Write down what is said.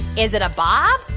is it a bob?